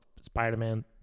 Spider-Man